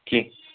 کیٚنٛہہ